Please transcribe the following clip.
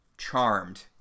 charmed